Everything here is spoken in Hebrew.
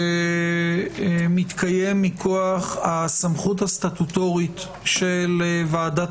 שמתקיים מכוח הסמכות הסטטוטורית של ועדת